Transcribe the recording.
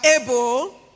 able